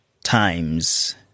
times